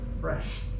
fresh